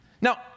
Now